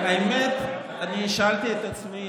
היא ששאלתי את עצמי,